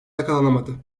yakalanamadı